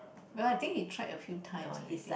well I think he tried a few times already